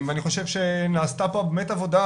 אני חושב שנעשתה פה באמת עבודה